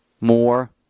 more